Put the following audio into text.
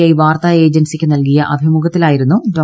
I വാർത്താ ഏജൻസിയ്ക്ക് നൽകിയ അഭിമുഖത്തിലായിരുന്നു ഡോ